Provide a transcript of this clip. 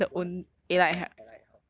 what a~ a~ allied health